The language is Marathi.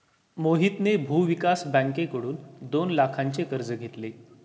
मोहितने भूविकास बँकेकडून दोन लाखांचे कर्ज घेतले